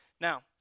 Now